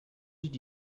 did